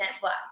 black